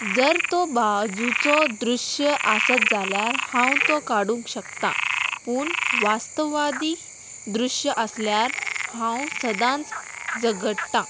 जर तो बाजूचो दृश्य आसत जाल्यार हांव तो काडूंक शकता पूण वास्तवादी दृश्य आसल्यार हांव सदांच झगडटां